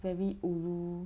very ulu